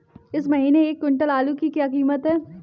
इस महीने एक क्विंटल आलू की क्या कीमत है?